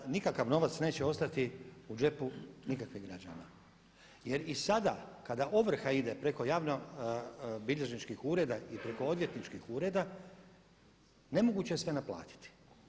Pa naravno da nikakav novac neće ostati u džepu nikakvih građana jer i sada kada ovrha ide preko javnobilježničkih ureda i preko odvjetničkih ureda nemoguće je sve naplatiti.